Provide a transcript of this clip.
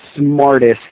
smartest